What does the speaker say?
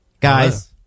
Guys